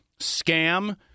scam